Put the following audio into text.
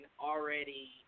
already